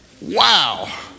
wow